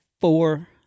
four